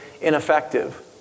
ineffective